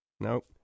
Nope